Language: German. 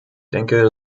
denke